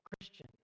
Christian